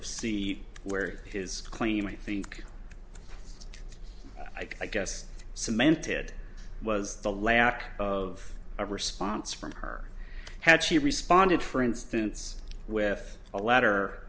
of see where his claim i think i guess cemented was the lack of a response from her had she responded for instance with a letter